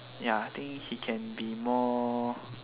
ya I think he can be more